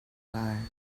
lai